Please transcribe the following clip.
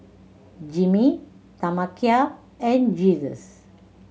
Jimmie Tamekia and Jesus